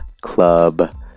club